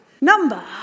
Number